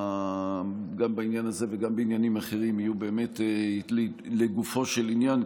גם בעניין הזה וגם בעניינים אחרים יהיו לגופו של עניין,